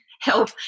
help